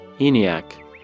eniac